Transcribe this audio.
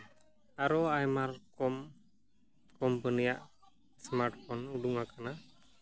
ᱟᱨᱚ ᱟᱭᱢᱟ ᱨᱚᱠᱚᱢ ᱠᱚᱢᱯᱟᱱᱤᱭᱟᱜ ᱮᱥᱢᱟᱨᱴ ᱯᱷᱳᱱ ᱚᱰᱚᱝ ᱟᱠᱟᱱᱟ